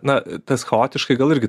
na tas chaotiškai gal irgi